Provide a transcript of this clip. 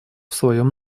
своем